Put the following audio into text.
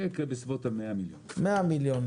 יהיה גירעון בסביבות 100 מיליון שקל.